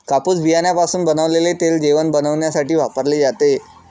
कापूस बियाण्यापासून बनवलेले तेल जेवण बनविण्यासाठी वापरले जाते